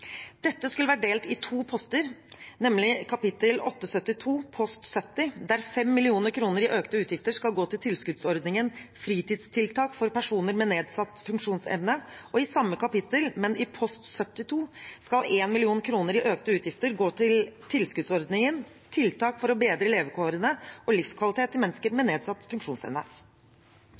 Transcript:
Dette skulle vært delt i to poster, nemlig kapittel 872 post 70, der 5 mill. kr i økte utgifter skal gå til tilskuddsordningen Fritidstiltak for personer med nedsatt funksjonsevne, og i samme kapittel, men i post 72 skal 1 mill. kr i økte utgifter gå til tilskuddsordningen Tiltak for å bedre levekårene og livskvaliteten til mennesker med nedsatt funksjonsevne.